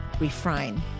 Refine